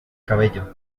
cabello